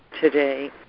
today